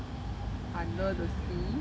under the sea